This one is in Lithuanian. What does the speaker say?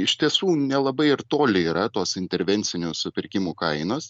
iš tiesų nelabai ir toli yra tos intervencinių supirkimų kainos